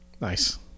Nice